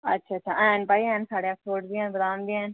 अच्छा अच्छा हैन भाई हैन साढ़ै अखरोट बी हैन बदाम बी हैन